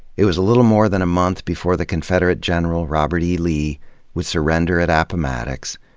it was a little more than a month before the confederate general robert e. lee would surrender at appomattox,